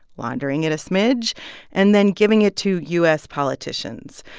laundering it a smidge and then giving it to u s. politicians,